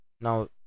Now